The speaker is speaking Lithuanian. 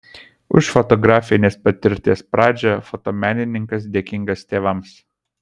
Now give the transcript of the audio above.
už fotografinės patirties pradžią fotomenininkas dėkingas tėvams